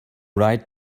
write